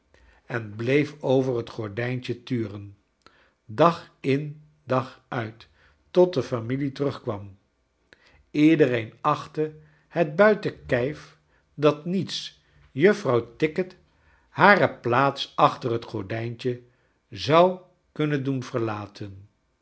en bleef over het gordijntje turen dag in dag uit tot de familie ter ugk warn iedereen achtte het buiten kijf dat niets juffrouw tickit hare plaats achter het gordijntje zou kunnen doen verlaten